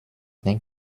ding